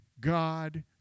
God